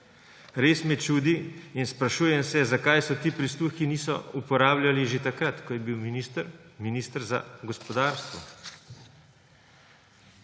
Res me čudi in sprašujem se, zakaj se ti prisluhi niso uporabljali že takrat, ko je bil minister minister za gospodarstvo.